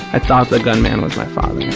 i thought the gunman was my father.